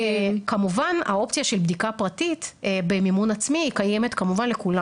וכמובן האופציה של בדיקה פרטית במימון עצמי היא קיימת כמובן לכולם.